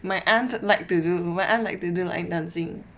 my aunt like to do my aunt like to do lion dancing